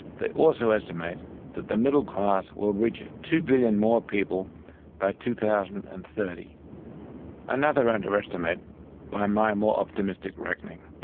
they also estimate that the middle class will reach two billion more people by two thousand and thirty another underestimate by my more optimistic reckoning.